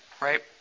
right